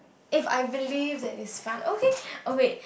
if I believe that is fun okay oh wait